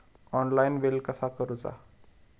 Online bill कसा करुचा?